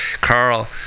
Carl